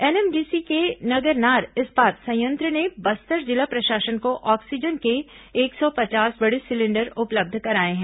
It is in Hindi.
एनएमडीसी के नगरनार इस्पात संयंत्र ने बस्तर जिला प्रशासन को ऑक्सीजन के एक सौ पचास बड़े सिलेंडर उपलब्ध कराए हैं